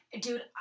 Dude